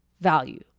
value